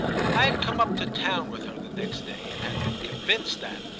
i had come up to town with her the next day and had been convinced that,